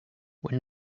when